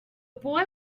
boy